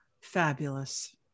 Fabulous